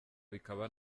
bikaba